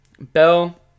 Bell